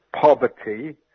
poverty